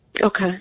okay